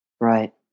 right